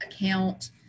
account